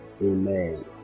Amen